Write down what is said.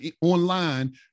online